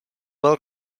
well